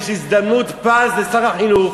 יש הזדמנות פז לשר החינוך